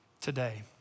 today